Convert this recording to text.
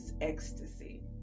Ecstasy